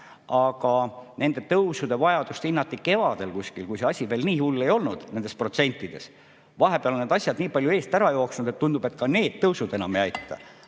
Aga nende tõusude vajadust hinnati kevadel, kui see asi veel nii hull ei olnud, nendes protsentides. Vahepeal on asjad nii palju eest ära jooksnud, et ka need tõusud, tundub, enam